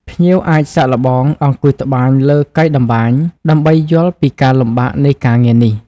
ភ្ញៀវអាចសាកល្បងអង្គុយត្បាញលើ កីតម្បាញ ដើម្បីយល់ពីការលំបាកនៃការងារនេះ។